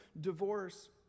divorce